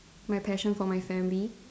my passion for my family